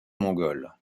mongoles